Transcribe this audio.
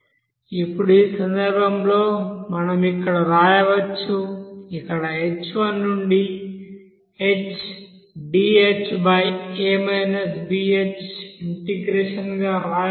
ఇప్పుడు ఈ సందర్భంలో మనం ఇక్కడ వ్రాయవచ్చు ఇక్కడ h1 నుండి h dha bh ఇంటెగ్రేషన్ గా వ్రాయవచ్చు